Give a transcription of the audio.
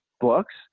books